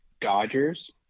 Dodgers